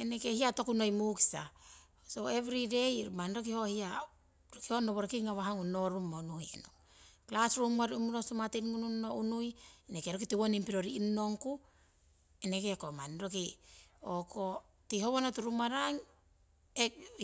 Eneke hiatokunoi inukisa everyday manni roki nohia howoroki nawahgung norungmo unuhenong. Classroom govi uuro eneke sumatin gunuiyo unui tiwoning piro rinonongku eneke ko. Manni roki tihowono turumarang